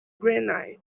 granite